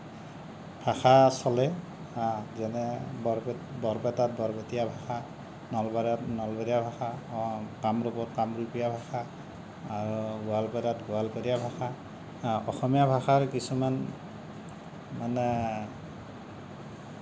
ভাষা চলে যেনে বৰপেটাত বৰপেটীয়া ভাষা নলবাৰীত নলবৰীয়া ভাষা কামৰূপত কামৰূপীয়া ভাষা আৰু গোৱালপাৰাত গোৱালপৰীয়া ভাষা অসমীয়া ভাষাৰ কিছুমান মানে